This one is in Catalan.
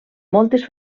moltes